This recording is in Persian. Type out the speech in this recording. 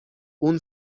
اون